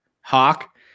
hawk